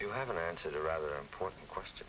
to have an answer rather important question